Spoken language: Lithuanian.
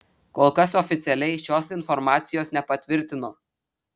kol kas oficialiai šios informacijos nepatvirtino